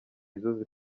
izo